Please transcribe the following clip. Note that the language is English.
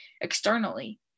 externally